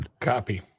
Copy